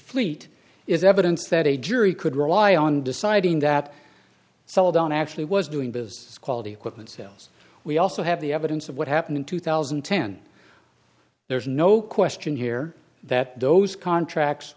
fleet is evidence that a jury could rely on deciding that celadon actually was doing business quality equipment sales we also have the evidence of what happened in two thousand and ten there's no question here that those contracts